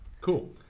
cool